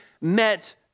met